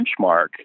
benchmark